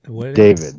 David